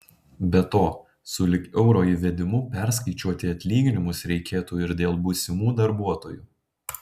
be to sulig euro įvedimu perskaičiuoti atlyginimus reikėtų ir dėl būsimų darbuotojų